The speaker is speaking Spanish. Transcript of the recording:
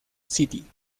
city